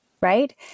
right